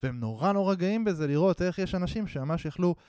והם נורא נורא גאים בזה, לראות איך יש אנשים שממש יכלו...